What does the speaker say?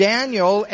Daniel